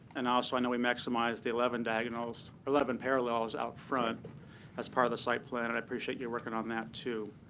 and also i know we maximized the eleven diagonals eleven parallels out front as part of the site plan. and i appreciate you working on that, too.